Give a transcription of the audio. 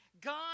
God